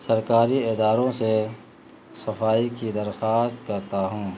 سرکاری اداروں سے صفائی کی درخواست کرتا ہوں